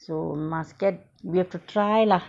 so we must get we have to try lah